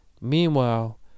Meanwhile